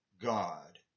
God